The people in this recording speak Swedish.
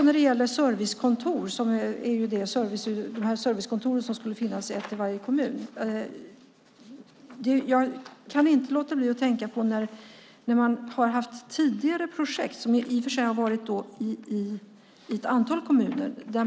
När det gäller de servicekontor av vilka det skulle finnas ett i varje kommun kan jag inte låta bli att tänka på tidigare projekt, som i och för sig har varit i ett antal kommuner.